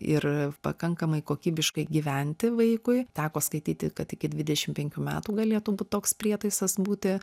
ir pakankamai kokybiškai gyventi vaikui teko skaityti kad iki dvidešim penkių metų galėtų būt toks prietaisas būti